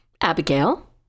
Abigail